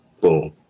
Boom